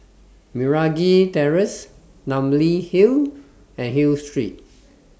Meragi Terrace Namly Hill and Hill Street